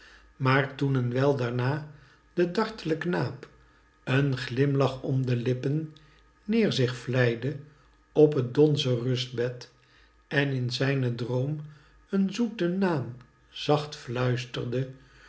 maar toen een wij daama de dartle knaap een glimlach op de lippen neer zich vlijde op t donzen rustbed en in zijnen droom een zoeten naam zacht fluisterde